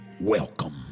Welcome